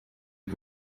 que